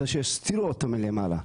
זה שהסתיר אותו מלמעלה,